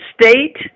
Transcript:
state